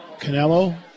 Canelo